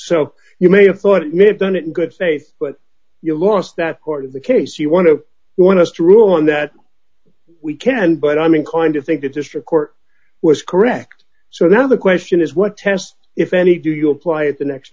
so you may have thought it may have done it in good faith but you lost that court of the case you want to want to rule on that we can but i'm inclined to think the district court was correct so that the question is what test if any do you apply it the next